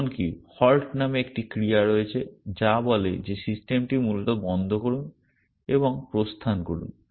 এমনকি হল্ট নামে একটি ক্রিয়া রয়েছে যা বলে যে সিস্টেমটি মূলত বন্ধ করুন এবং প্রস্থান করুন